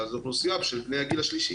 אלא ישירות תחת ההנהלה הגבוהה.